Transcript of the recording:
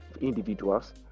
individuals